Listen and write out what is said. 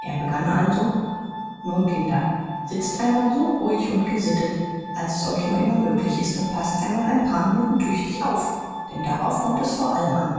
er begann also nun kinder sitzt einmal so ruhig und gesittet als es euch nur immer möglich ist und paßt einmal ein paar minuten tüchtig auf denn darauf kommt es vor allem an